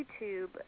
YouTube